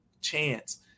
chance